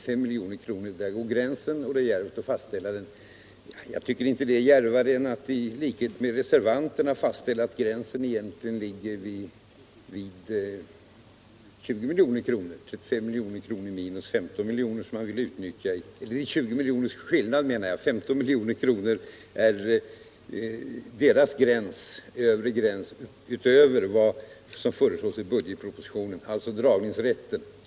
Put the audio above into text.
Jag tycker inte att det är djärvare än att, i likhet med reservanterna, fastställa att gränsen egentligen ligger vid 15 milj.kr. 15 miljoner är deras övre gräns utöver vad som föreslås i budgetpropositionen, alltså dragningsrätten.